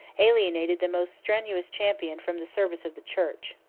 alienated the most strenuous champion from the service of the church.